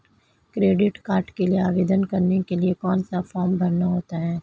Credit card के लिए आवेदन करने के लिए कौन सा फॉर्म भरना होता है?